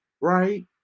right